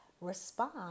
respond